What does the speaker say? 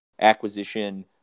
acquisition